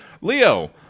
leo